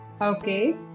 Okay